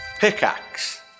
Pickaxe